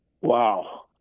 Wow